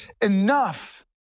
Enough